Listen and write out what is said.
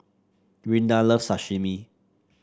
Rinda loves Sashimi